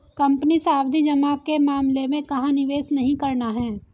Company सावधि जमा के मामले में कहाँ निवेश नहीं करना है?